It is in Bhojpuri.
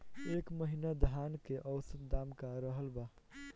एह महीना धान के औसत दाम का रहल बा?